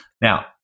Now